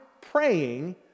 praying